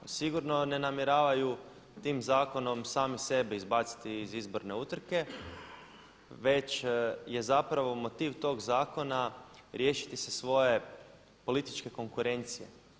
Sigurno ne namjeravaju tim zakonom sami sebe izbaciti iz izborne utrke već je zapravo motiv tog zakona riješiti se svoje političke konkurencije.